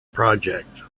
project